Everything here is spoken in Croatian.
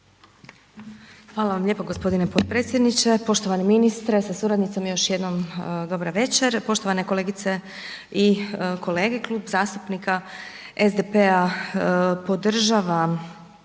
Hvala vam lijepo gospodine potpredsjedniče. Poštovani ministre sa suradnicom i još jednom dobra večer, poštovane kolegice i kolege Klub zastupnika SDP-a podržava